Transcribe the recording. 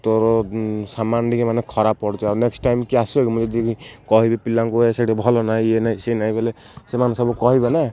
ତୋର ସାମାନ ଟିକେ ମାନେ ଖରାପ ପଡ଼ୁଛି ଆଉ ନେକ୍ସଟ୍ ଟାଇମ୍ କି ଆସିବେ କି ମୁଁ ଯଦି କହିବି ପିଲାଙ୍କୁ ଏ ସେଠି ଭଲ ନାହିଁ ଏ ନାହିଁ ସେଏ ନାହିଁ ବୋଇଲେ ସେମାନେ ସବୁ କହିବେ ନା